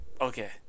Okay